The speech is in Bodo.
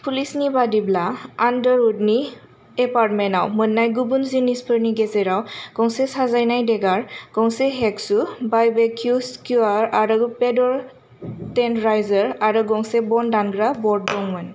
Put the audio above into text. पुलिसनि बादिब्ला आन्डारवुडनि एपार्टमेन्टआव मोननाय गुबुन जिनिसफोरनि गेजेराव गंसे साजायनाय देगार गंसे हेकसु बारबेक्यू स्क्यूआर आरो बेदर टेन्डराइजार आरो गंसे बन दानग्रा ब'र्ड दंमोन